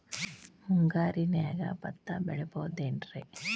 ಮುಂಗಾರಿನ್ಯಾಗ ಭತ್ತ ಬೆಳಿಬೊದೇನ್ರೇ?